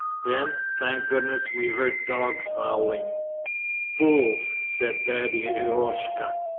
then, thank goodness, we heard dogs howling fools! said daddy eroshka.